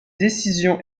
décision